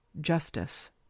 justice